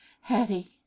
Hattie